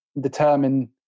determine